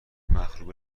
مخروبه